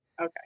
Okay